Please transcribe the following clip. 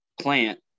plant